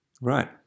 Right